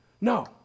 No